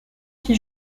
qui